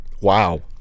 Wow